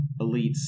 elites